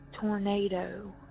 tornado